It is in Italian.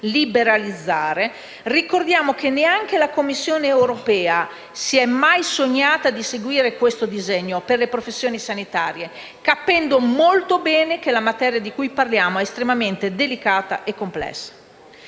liberalizzare, ricordiamo che neanche la Commissione europea si è mai sognata di seguire questo disegno per le professioni sanitarie, capendo molto bene che la materia di cui parliamo è estremamente delicata e complessa.